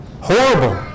Horrible